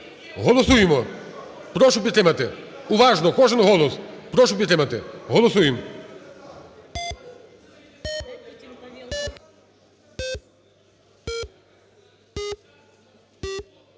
Голосуємо. Прошу підтримати. Уважно, кожен голос. Прошу підтримати. Голосуєм.